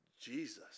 jesus